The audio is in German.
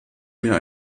mir